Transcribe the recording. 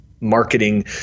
marketing